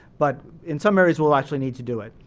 but in some areas, we'll actually need to do it.